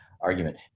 argument